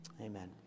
Amen